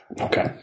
okay